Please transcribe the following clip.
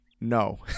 No